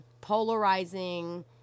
polarizing